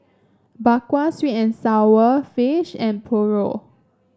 Bak Kwa sweet and sour fish and Paru